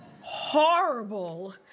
Horrible